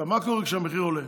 מה קורה כשהמחיר עולה